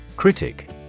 Critic